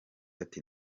ati